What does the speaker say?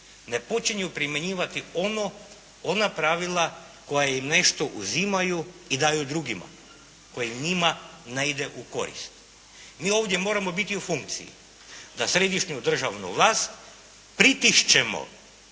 ne počinju primjenjivati ono, ona pravila koja im nešto uzimaju i daju drugima, koja njima ne ide u korist. Mi ovdje moramo biti u funkciji da središnju državnu vlast pritišćemo